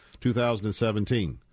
2017